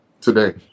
today